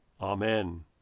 Amen